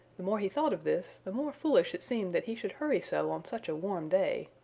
the more he thought of this, the more foolish it seemed that he should hurry so on such a warm day.